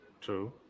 True